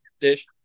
dish